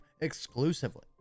exclusively